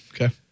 Okay